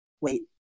wait